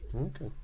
Okay